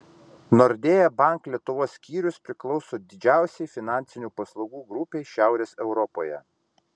nordea bank lietuvos skyrius priklauso didžiausiai finansinių paslaugų grupei šiaurės europoje